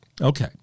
Okay